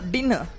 Dinner